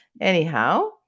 Anyhow